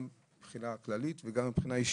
גם מבחינה כללית וגם מבחינה אישית,